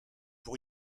pour